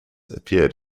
appeared